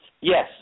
Yes